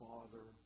Father